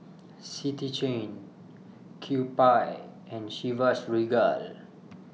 City Chain Kewpie and Chivas Regal